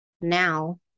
now